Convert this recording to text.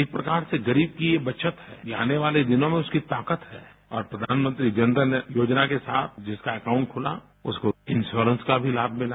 एक प्रकार से गरीब की ये बचत आने वाले दिनों में उसकी ताकत है और प्रधानमंत्री जनधन योजना के साथ जिसका अकाउंट खुला उसको भी इंश्योरेंस का लाभ मिला